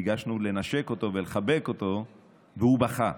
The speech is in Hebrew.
ניגשנו לנשק אותו ולחבק אותו והוא בכה.